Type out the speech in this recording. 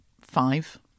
five